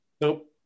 Nope